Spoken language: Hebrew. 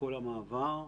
לכל המעבר,